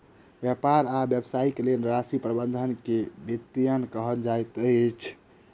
व्यापार आ व्यवसायक लेल राशि प्रबंधन के वित्तीयन कहल जाइत अछि